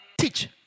Teach